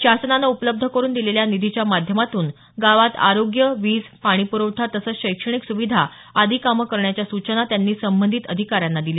शासनानं उपलब्ध करून दिलेल्या निधीच्या माध्यमातून गावात आरोग्य वीज पाणीप्रवठा तसंच शैक्षणिक सुविधा आदी कामे करण्याच्या सुचना त्यांनी संबंधित अधिकाऱ्यांना दिल्या